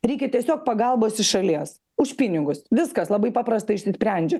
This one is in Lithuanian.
reikia tiesiog pagalbos iš šalies už pinigus viskas labai paprastai išsisprendžia